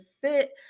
sit